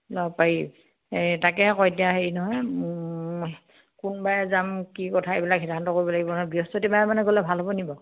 যাব পাৰি এই তাকে আকৌ এতিয়া হেৰি নহয় কোনাবাই যাম কি কথা এইবিলাক সিদ্ধান্ত কৰিব লাগিব নহয় বৃহস্পতিবাৰ মানে গ'লে ভাল হ'ব নি বাৰু